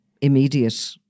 immediate